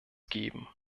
geben